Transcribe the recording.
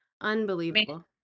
unbelievable